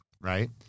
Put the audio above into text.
right